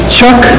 Chuck